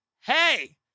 hey